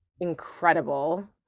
incredible